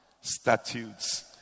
statutes